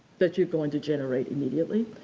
that you're going to generate immediately.